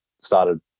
started